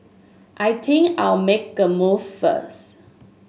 I think I'll make a move first